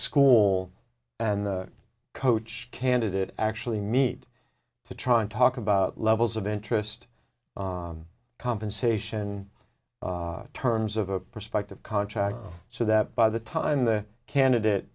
school and coach candidate actually meet to try and talk about levels of interest compensation terms of a prospective contract so that by the time the candidate